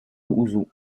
ouzou